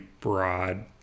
broad